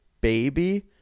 baby